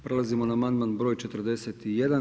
Prelazimo na amandman br. 41.